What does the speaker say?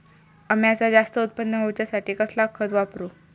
अम्याचा जास्त उत्पन्न होवचासाठी कसला खत वापरू?